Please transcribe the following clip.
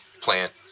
plant